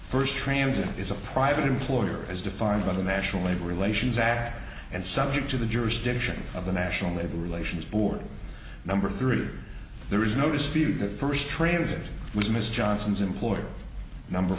first transit is a private employer as defined by the national labor relations act and subject to the jurisdiction of the national labor relations board number three there is no dispute of first transit with mr johnson's employer number